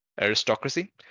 aristocracy